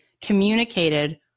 communicated